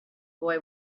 boy